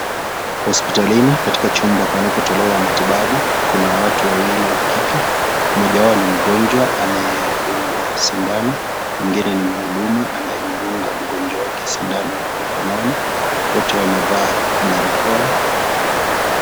Hospitalini katika chumba panapotolewa matibabu kuna watu wawili wa kike mmoja wao ni mgonjwa anayedungwa sindano mwingine ni mhudumu anayemdunga mgonjwa wake sindano mkononi wote wamevaa barakoa.